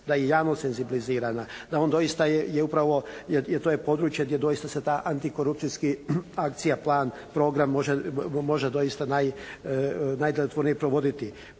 da je javno senzibilizirana, da on doista je upravo, jer to je područje gdje doista se ta antikorupcijski plan, program može doista najdjelotvornije provoditi.